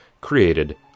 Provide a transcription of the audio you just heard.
created